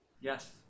Yes